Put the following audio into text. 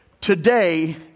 today